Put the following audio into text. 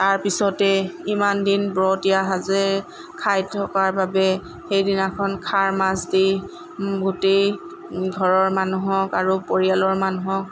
তাৰ পিছতেই ইমান দিন বৰতীয়া সাঁজে খাই থকাৰ বাবে সেই দিনাখন খাৰ মাছ দি গোটেই ঘৰৰ মানুহক আৰু পৰিয়ালৰ মানুহক